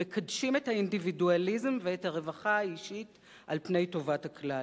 מקדשים את האינדיבידואליזם ואת הרווחה האישית על פני טובת הכלל.